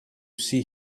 see